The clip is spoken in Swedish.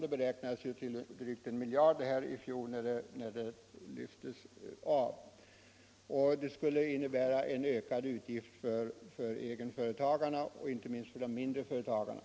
Detta skulle i sin tur innebära ökade avgifter för egenföretagarna, inte minst för de mindre företagarna.